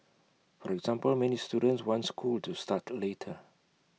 for example many students want school to start later